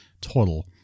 total